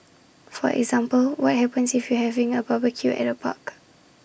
for example what happens if you're having A barbecue at A park